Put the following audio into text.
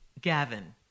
Gavin